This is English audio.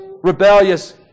rebellious